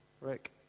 Rick